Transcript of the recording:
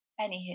Anywho